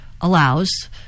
allows